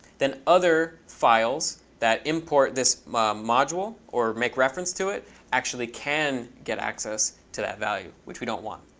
then other files that import this module or make reference to it actually can get access to that value which we don't want.